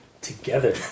together